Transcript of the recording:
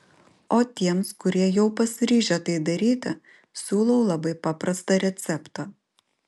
o tiems kurie jau pasiryžę tai daryti siūlau labai paprastą receptą